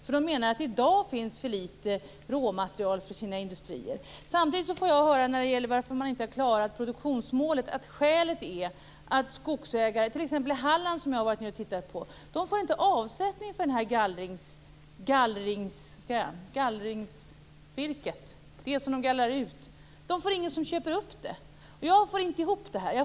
De menar nämligen att det i dag finns för litet råmaterial till industrierna. Samtidigt får jag höra att skälet till att man inte har uppnått produktionsmålet är att skogsägare t.ex. i Halland, där jag har varit och tittat, inte får avsättning för gallringsvirket, dvs. det som de gallrar ut. Det är ingen som köper upp det. Jag får inte ihop detta.